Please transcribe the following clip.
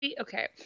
Okay